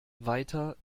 weiter